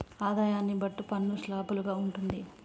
ఆదాయాన్ని బట్టి పన్ను స్లాబులు గా ఉంటుంది